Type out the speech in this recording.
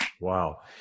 Wow